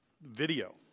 video